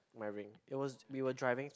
my ring it was we were driving